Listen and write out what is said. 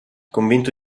convinto